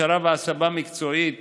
הכשרה והסבה מקצועית